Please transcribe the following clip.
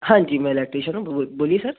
हाँ जी मैं इलेक्ट्रिशियन हूँ बोलिए सर